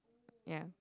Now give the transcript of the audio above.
yeah